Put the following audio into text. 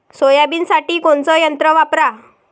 सोयाबीनसाठी कोनचं यंत्र वापरा?